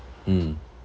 mm